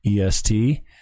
EST